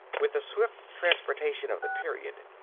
with the swift transportation of the period,